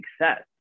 success